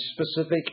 specific